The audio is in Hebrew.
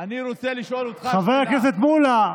פטין מולא,